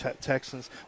Texans